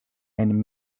and